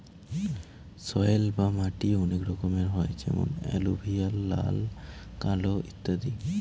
soil বা মাটি অনেক রকমের হয় যেমন এলুভিয়াল, লাল, কালো ইত্যাদি